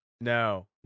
No